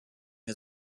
has